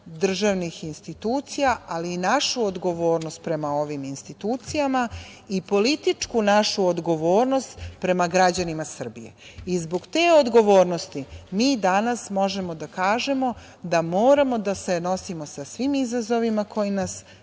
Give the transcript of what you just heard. državnih institucija ali i našu odgovornost prema ovim institucijama i političku našu odgovornost prema građanima Srbije. Zbog te odgovornosti mi danas možemo da kažemo da moramo da se nosimo sa svim izazovima koji nas